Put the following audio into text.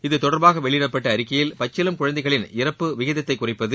இத்தொடர்பாக வெளியிடப்பட்ட அழிக்கையில் பச்சிளம் குழந்தைகளின் இறப்பு விகிதத்தை குறைப்பது